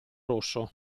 rosso